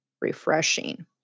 refreshing